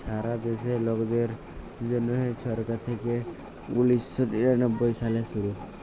ছারা দ্যাশে লকদের জ্যনহে ছরকার থ্যাইকে উনিশ শ নিরানব্বই সালে শুরু